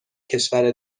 کشور